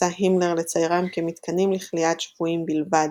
ניסה הימלר לציירם כמתקנים לכליאת שבויים בלבד,